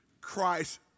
Christ